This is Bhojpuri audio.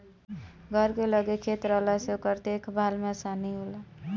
घर के लगे खेत रहला से ओकर देख भाल में आसानी होला